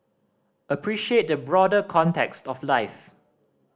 appreciate the broader context of life